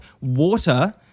water